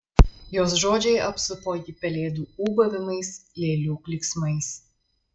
jos žodžiai apsupo jį pelėdų ūbavimais lėlių klyksmais